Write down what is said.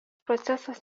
procesas